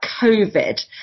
covid